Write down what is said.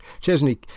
Chesney